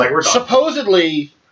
Supposedly